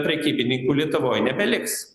prekybininkų lietuvoj nebeliks